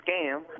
scam